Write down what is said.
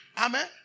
Amen